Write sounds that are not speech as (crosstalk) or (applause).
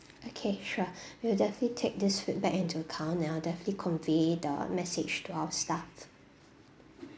okay sure (breath) we'll definitely take this feedback into account and I'll definitely convey the message to our staff